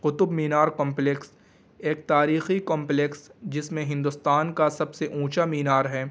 Qutub Minar complex ایک تاریخی complex جس میں ہندوستان کا سب سے اونچا مینار ہیں